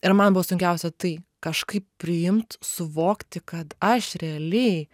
ir man buvo sunkiausia tai kažkaip priimt suvokti kad aš realiai